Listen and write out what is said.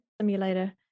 Simulator